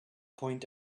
point